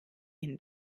ihn